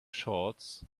shorts